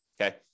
okay